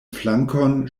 flankon